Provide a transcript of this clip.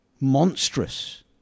Monstrous